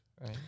Right